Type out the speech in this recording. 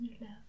love